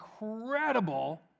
incredible